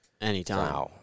Anytime